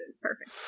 Perfect